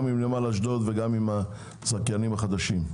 גם עם נמל אשדוד וגם עם הזכיינים החדשים?